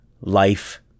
life